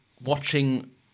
watching